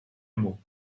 mot